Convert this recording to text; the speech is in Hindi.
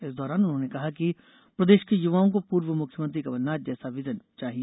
इस दौरान उन्होंने कहा कि प्रदेश के युवाओं को पूर्व मुख्यमंत्री कमलनाथ जैसा विजन चाहिए